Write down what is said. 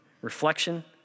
reflection